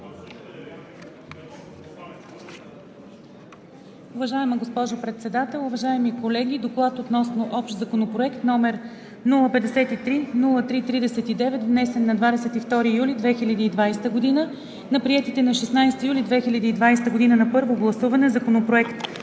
Уважаема госпожо Председател, уважаеми колеги! „Доклад относно Общ законопроект, № 053-03-39, внесен на 22 юли 2020 г., на приетите на 16 юли 2020 г. на първо гласуване Законопроект